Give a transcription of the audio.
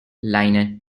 liner